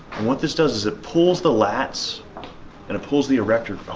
what this does is it pulls the lats and it pulls the erector